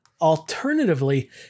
Alternatively